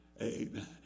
Amen